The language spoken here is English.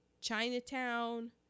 Chinatown